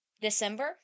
December